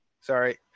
Sorry